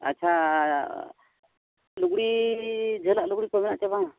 ᱟᱪᱪᱷᱟ ᱞᱩᱜᱽᱲᱤᱡ ᱡᱷᱟᱹᱞᱟᱜ ᱞᱩᱜᱽᱲᱤᱡ ᱠᱚ ᱢᱮᱱᱟᱜᱼᱟ ᱪᱮ ᱵᱟᱝᱼᱟ